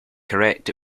correct